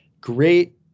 Great